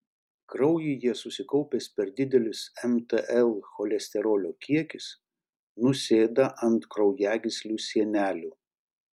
kraujyje susikaupęs per didelis mtl cholesterolio kiekis nusėda ant kraujagyslių sienelių